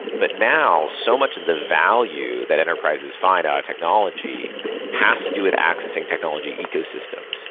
but now so much of the value that enterprises find out technology has to do with accessing technology ecosystems.